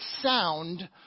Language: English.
sound